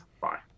bye